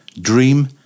Dream